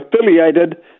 affiliated